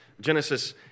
Genesis